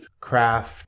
craft